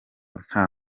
nta